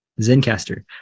Zencaster